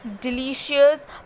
delicious